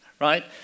right